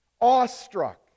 Awestruck